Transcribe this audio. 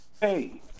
hey